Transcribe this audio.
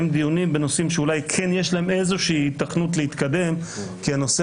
דיונים בנושאים שאולי כן יש להם איזושהי היתכנות להתקדם כי הנושא